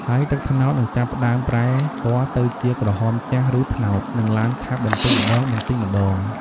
ហើយទឹកត្នោតនឹងចាប់ផ្តើមប្រែពណ៌ទៅជាក្រហមចាស់ ឬត្នោត និងឡើងខាប់បន្តិចម្ដងៗ។